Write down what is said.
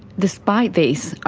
despite this,